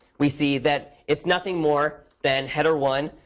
we see that it's nothing more than header one.